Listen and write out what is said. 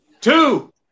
two